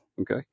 Okay